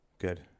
Good